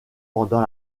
pendant